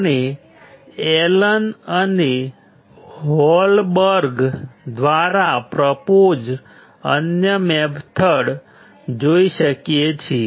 આપણે એલન અને હોલબર્ગ દ્વારા પ્રોપોઝડ અન્ય મેથડ જોઈ શકીએ છીએ